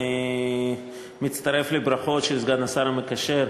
אני מצטרף לברכות של סגן השר המקשר,